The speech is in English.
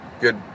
Good